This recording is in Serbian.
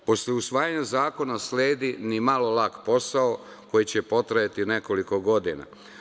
Posle usvajanja zakona sledi nimalo lak posao koji će potrajati nekoliko godina.